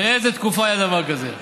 באיזה תקופה היה דבר כזה?